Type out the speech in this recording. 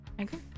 Okay